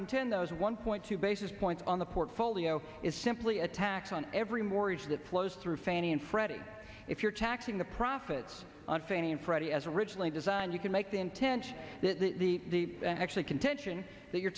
contend those one point two basis points on the portfolio is simply a tax on every mortgage that flows through fannie and freddie if you're taxing the profits on fannie and freddie as originally designed you can make the intention that the actually contention that you're